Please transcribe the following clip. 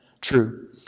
true